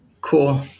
Cool